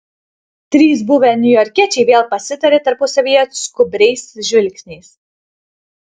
trys buvę niujorkiečiai vėl pasitarė tarpusavyje skubriais žvilgsniais